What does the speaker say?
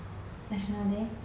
national day